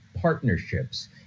partnerships